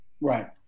Right